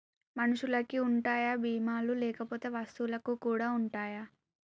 మనుషులకి ఉంటాయా బీమా లు లేకపోతే వస్తువులకు కూడా ఉంటయా?